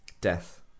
Death